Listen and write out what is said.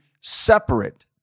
separate